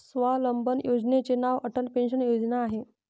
स्वावलंबन योजनेचे नाव अटल पेन्शन योजना आहे